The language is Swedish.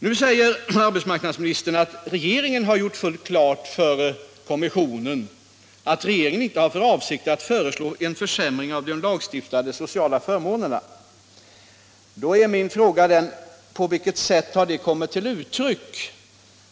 Nu säger arbetsmarknadsministern att regeringen har gjort fullt klart för kommissionen att den inte har för avsikt att föreslå en försämring av de lagstiftade sociala förmånerna. Men på vilket sätt har det kommit till uttryck?